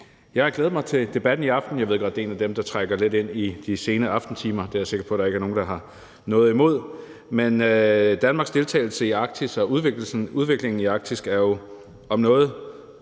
Jeg har glædet mig til debatten i aften. Jeg ved godt, at det er en af dem, der trækker lidt ind i de sene aftentimer. Det er jeg sikker på der ikke er nogen der har noget imod. Danmarks deltagelse i Arktis og udviklingen i Arktis er jo om noget